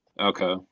Okay